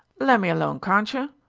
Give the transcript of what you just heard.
le' me alone, carntcher?